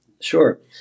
Sure